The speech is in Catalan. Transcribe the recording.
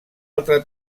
altra